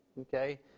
Okay